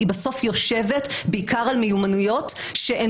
אלא היא יושבת בעיקר על מיומנויות שהן